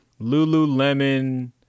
Lululemon